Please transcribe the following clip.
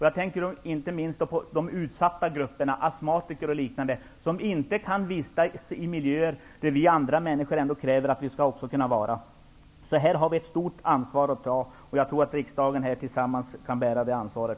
Jag tänker inte minst på de utsatta grupperna astmatiker och liknande som inte kan vistas i miljöer där vi andra kräver att vi skall kunna vara. Här har vi ett stort ansvar. Jag tror att vi tillsammans här i riksdagen kan bära det ansvaret.